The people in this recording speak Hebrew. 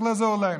צריך לעזור להם.